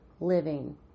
living